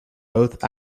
both